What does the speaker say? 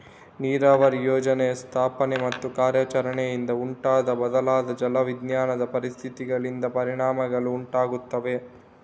ನೀರಾವರಿ ಯೋಜನೆಯ ಸ್ಥಾಪನೆ ಮತ್ತು ಕಾರ್ಯಾಚರಣೆಯಿಂದ ಉಂಟಾದ ಬದಲಾದ ಜಲ ವಿಜ್ಞಾನದ ಪರಿಸ್ಥಿತಿಗಳಿಂದ ಪರಿಣಾಮಗಳು ಉಂಟಾಗುತ್ತವೆ